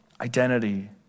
identity